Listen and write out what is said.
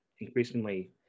increasingly